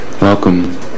Welcome